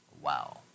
Wow